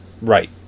Right